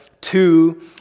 two